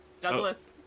Douglas